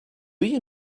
you